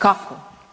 Kako?